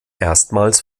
erstmals